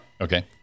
Okay